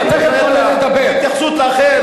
התייחסות לאחר.